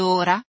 ora